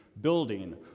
building